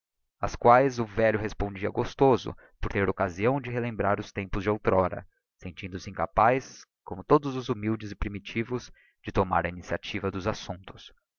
ás quaes o velho respondia gostoso por ter occasião de relembrar os tempos de outr'ora sentindo-se incapaz como todos os humildes e primitivos de tomar a iniciativa dos assumptos